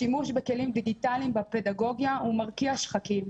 השימוש בכלים דיגיטליים בפדגוגיה הוא מרקיע שחקים,